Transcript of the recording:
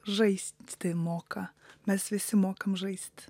žaist moka mes visi mokam žaist